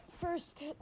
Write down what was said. first